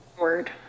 word